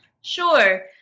Sure